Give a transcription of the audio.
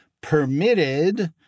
permitted